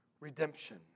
Redemption